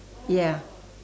ya